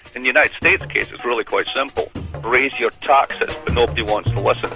in the united states' case it's really quite simple raise your taxes. but nobody wants to listen